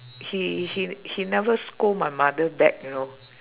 he he he never scold my mother back you know